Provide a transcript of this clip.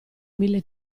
mille